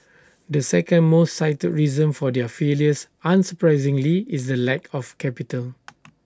the second most cited reason for their failures unsurprisingly is the lack of capital